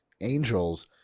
Angels